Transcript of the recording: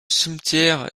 cimetière